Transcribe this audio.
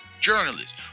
journalists